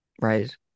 Right